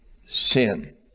sin